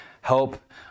help